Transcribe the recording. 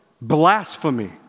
blasphemy